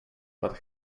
but